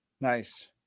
Nice